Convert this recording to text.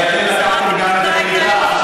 הרי אתם לקחתם גם את הקליטה.